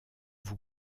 vous